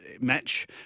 match